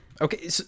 okay